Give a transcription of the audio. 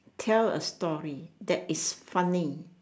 tell a story that is funny